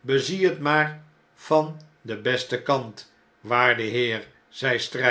bezie het maar van den besten kant waarde heer